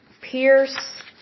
Pierce